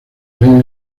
reina